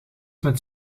met